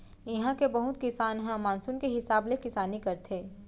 इहां के बहुत किसान ह मानसून के हिसाब ले किसानी करथे